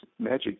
magic